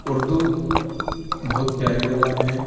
اردو بہت پیاری زبان ہیں